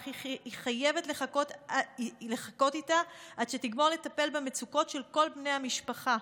אך היא חייבת לחכות איתה עד שתגמור לטפל במצוקות של כל בני המשפחה,